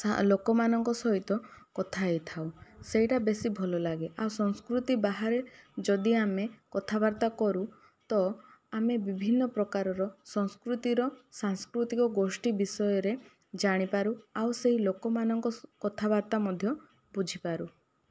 ଲୋକମାନଙ୍କ ସହିତ କଥା ହୋଇଥାଉ ସେହିଟା ବେଶି ଭଲ ଲାଗେ ଆଉ ସଂସ୍କୃତି ବାହାରେ ଯଦି ଆମେ କଥାବାର୍ତ୍ତା କରୁ ତ ଆମେ ବିଭିନ୍ନ ପ୍ରକାରର ସଂସ୍କୃତିର ସାଂସ୍କୃତିକ ଗୋଷ୍ଠୀ ବିଷୟରେ ଜାଣିପାରୁ ଆଉ ସେହି ଲୋକମାନଙ୍କ କଥାବାର୍ତ୍ତା ମଧ୍ୟ ବୁଝିପାରୁ